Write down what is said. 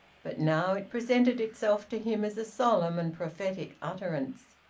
but now it presented itself to him as a solemn and prophetic utterance,